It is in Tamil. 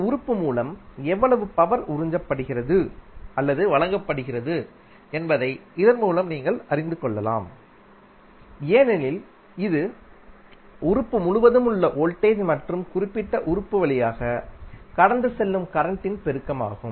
ஒரு உறுப்பு மூலம் எவ்வளவு பவர் உறிஞ்சப்படுகிறது அல்லது வழங்கப்படுகிறது என்பதை இதன் மூலம் நீங்கள் அறிந்து கொள்ளலாம் ஏனெனில் இது உறுப்பு முழுவதும் உள்ள வோல்டேஜ் மற்றும் குறிப்பிட்ட உறுப்பு வழியாக கடந்து செல்லும் கரண்ட் இன் பெருக்கமாகும்